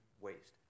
waste